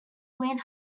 lane